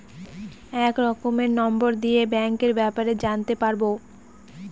এক রকমের নম্বর দিয়ে ব্যাঙ্কের ব্যাপারে জানতে পারবো